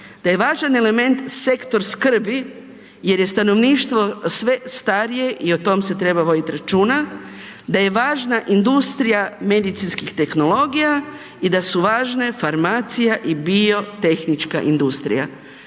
Da je važan element sektor skrbi jer je stanovništvo sve starije i o tome se treba voditi računa, da je važna industrija medicinskih tehnologija i da su važne farmacija i biotehnička industrija.